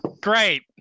Great